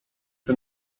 ten